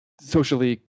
socially